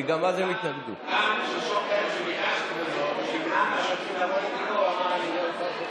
כי בהצעת החוק הזו הוא תומך, הוא חתום עליה,